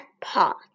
pot